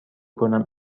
کنم